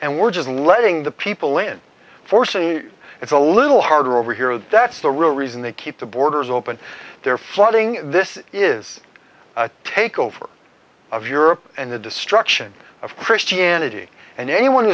and we're just letting the people in fortune it's a little harder over here and that's the real reason they keep the borders open their flooding this is a takeover of europe and the destruction of christianity and anyone who